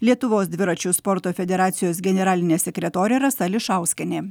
lietuvos dviračių sporto federacijos generalinė sekretorė rasa ališauskienė